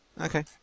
okay